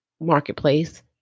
marketplace